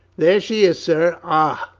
there she is, sir. ah,